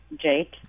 Jake